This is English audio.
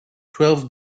twelve